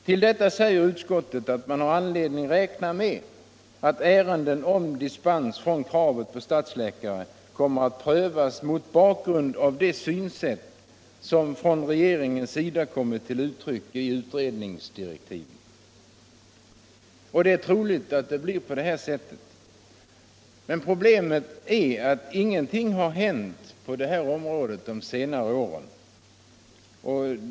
Till detta säger utskottet att man har anledning att räkna med att ärenden om dispens från kravet på stadsläkare kommer att prövas mot bakgrund av det synsätt som från regeringens sida kommit till uttryck i utredningsdirektiven. Det är troligt att det blir på det sättet. men problemet är att ingenting har hänt på detta område under de senaste åren.